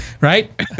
Right